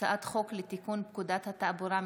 הצעת חוק לתיקון פקודת התעבורה (מס'